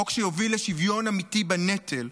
חוק שיוביל לשוויון אמיתי בנטל.